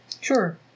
Sure